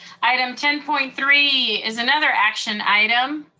item ten point three is another action item.